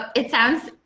it sounds,